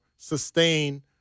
sustain